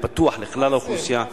והוא פתוח לכלל האוכלוסייה,